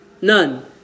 None